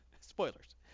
Spoilers